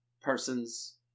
persons